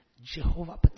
Jehovah